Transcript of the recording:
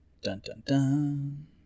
Dun-dun-dun